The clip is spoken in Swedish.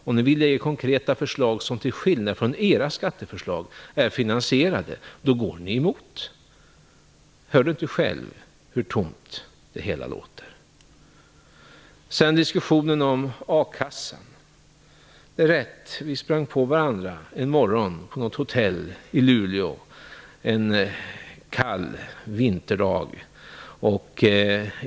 När vi lägger fram konkreta förslag som till skillnad från era skatteförslag är finansierade går ni emot. Hör inte Bo Lundgren själv hur tomt det hela låter? Så till diskussionen om a-kassan. Det är rätt att vi sprang på varandra en morgon en kall vinterdag på något hotell i Luleå.